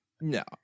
No